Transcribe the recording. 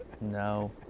No